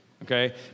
Okay